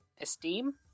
Esteem